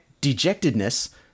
dejectedness